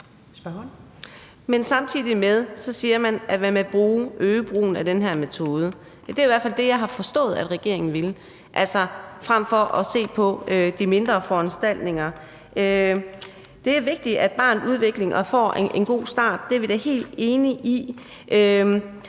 Men samtidig siger man, at man vil øge brugen af den her metode. Det er i hvert fald det, jeg har forstået at regeringen vil – altså frem for at se på de mindre foranstaltninger. Det er vigtigt med et barns udvikling, og at barnet får en god start – det er vi da helt enige i